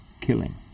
killing